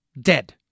Dead